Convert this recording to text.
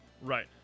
Right